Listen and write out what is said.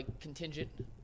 contingent